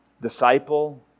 disciple